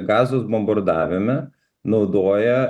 gazos bombardavime naudoja